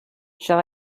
shall